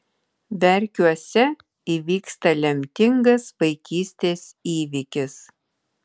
verkiuose įvyksta lemtingas vaikystės įvykis